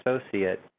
associate